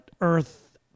Earth